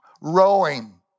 rowing